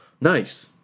Nice